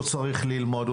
הוא צריך ללמוד,